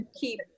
keep